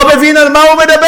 לא מבין על מה הוא מדבר.